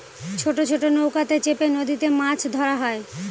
ছোট ছোট নৌকাতে চেপে নদীতে মাছ ধরা হয়